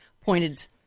pointed